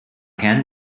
hand